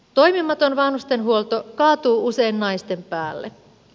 toimimaton vanhustenhuolto kaatuu usein naisten päälle